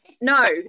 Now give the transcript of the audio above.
No